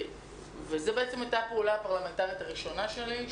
זו בעצם הייתה הפעולה הפרלמנטרית הראשונה שלי,